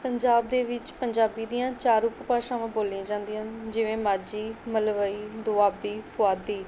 ਪੰਜਾਬ ਦੇ ਵਿੱਚ ਪੰਜਾਬੀ ਦੀਆਂ ਚਾਰ ਉਪ ਭਾਸ਼ਾਵਾਂ ਬੋਲੀਆਂ ਜਾਂਦੀਆਂ ਹਨ ਜਿਵੇਂ ਮਾਝੀ ਮਲਵਈ ਦੁਆਬੀ ਪੁਆਧੀ